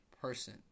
person